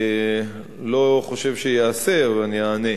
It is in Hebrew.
לא חושב שייעשה, אבל אני אענה.